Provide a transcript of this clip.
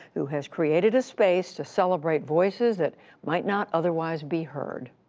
who has created a space to celebrate voices that might not otherwise be heard.